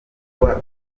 kuba